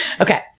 Okay